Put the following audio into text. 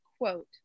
quote